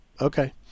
okay